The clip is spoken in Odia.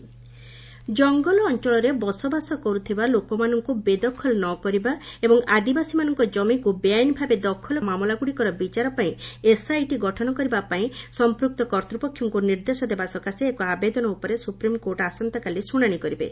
ଏସସି ଟ୍ରାଇବାଲ ଜଙ୍ଗଲ ଅଞ୍ଚଳରେ ବସବାସ କରିଥିବା ଲୋକମାନଙ୍କୁ ବେଦଖଲ ନ କରିବା ଏବଂ ଆଦିବାସୀମାନଙ୍କ ଜମିକୁ ବେଆଇନଭାବେ ଦଖଲ କରିଥିବା ମାମଲାଗୁଡ଼ିକର ବିଚାର ପାଇଁ ଏସଆଇଟି ଗଠନ କରିବା ପାଇଁ ସମ୍ପୁକ୍ତ କର୍ତ୍ତ୍ୱପକ୍ଷଙ୍କୁ ନିର୍ଦ୍ଦେଶ ଦେବା ସକାଶେ ଏକ ଆବେଦନ ଉପରେ ସୁପ୍ରିମକୋର୍ଟ ଆସନ୍ତାକାଲି ଶୁଣାଣି କରିବେ